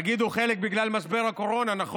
תגידו שחלק בגלל משבר הקורונה, נכון,